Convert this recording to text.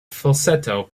falsetto